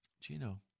Gino